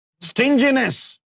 stinginess